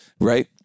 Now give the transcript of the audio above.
Right